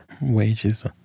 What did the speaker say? Wages